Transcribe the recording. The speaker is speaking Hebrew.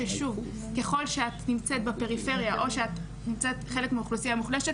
בשנתיים ועל כולן צריך לחשוב מה נכון,